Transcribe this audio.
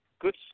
good